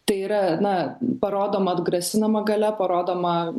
tai yra na parodoma atgrasinama galia parodoma